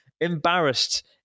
Embarrassed